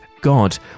God